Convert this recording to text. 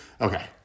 Okay